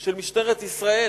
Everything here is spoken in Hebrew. של משטרת ישראל,